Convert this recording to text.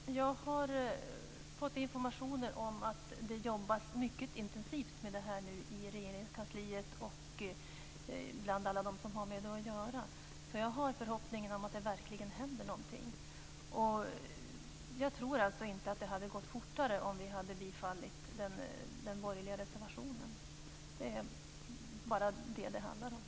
Fru talman! Jag har fått information om att det arbetas mycket intensivt med detta nu i Regeringskansliet bland alla som har med detta att göra, så jag har förhoppningen att det verkligen händer någonting. Jag tror inte att det hade gått fortare om vi hade bifallit den borgerliga reservationen.